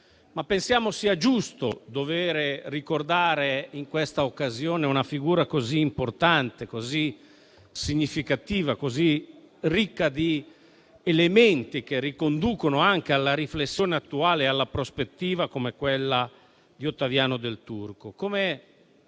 ma pensiamo sia giusto e doveroso ricordare in questa occasione una figura così importante, significativa e ricca di elementi che riconducono alla riflessione attuale e alla prospettiva di Ottaviano Del Turco.